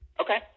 Okay